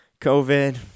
COVID